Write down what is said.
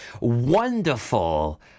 wonderful